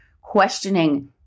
questioning